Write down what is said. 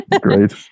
Great